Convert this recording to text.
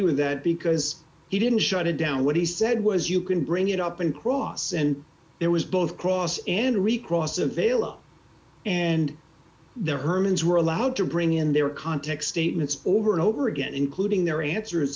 with that because he didn't shut it down what he said was you can bring it up in cross and there was both cross and recross available and there herman's were allowed to bring in their context statements over and over again including their answers